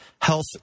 health